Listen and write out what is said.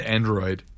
Android